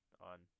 on